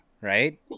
Right